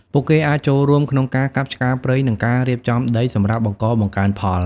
ពួកគេអាចចូលរួមក្នុងការកាប់ឆ្ការព្រៃ និងការរៀបចំដីសម្រាប់បង្កបង្កើនផល។